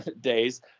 days